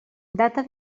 data